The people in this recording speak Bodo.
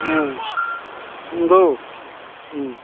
ओ नंगौ उम